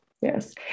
Yes